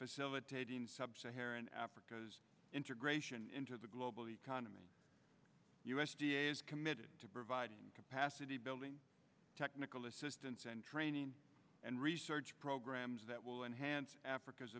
facilitating sub saharan africa's integration into the global economy u s d a is committed to providing capacity building technical assistance and training and research programs that will enhance africa's